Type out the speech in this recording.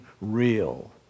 real